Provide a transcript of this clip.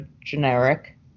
generic